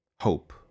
Hope